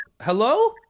hello